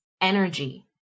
energy